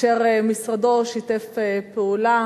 אשר משרדו שיתף פעולה